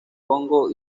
congo